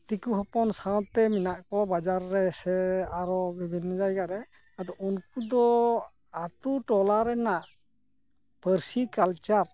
ᱫᱤᱠᱩ ᱦᱚᱯᱚᱱ ᱥᱟᱶᱛᱮ ᱢᱮᱱᱟᱜ ᱠᱚᱣᱟ ᱵᱟᱡᱟᱨ ᱨᱮ ᱥᱮ ᱟᱨᱚ ᱵᱤᱵᱷᱤᱱᱱᱚ ᱡᱟᱭᱜᱟ ᱨᱮ ᱟᱫᱚ ᱩᱱᱠᱩ ᱫᱚ ᱟᱹᱛᱩᱼᱴᱚᱞᱟ ᱨᱮᱱᱟᱜ ᱯᱟᱹᱨᱥᱤ ᱠᱟᱞᱪᱟᱨ